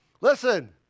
Listen